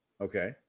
Okay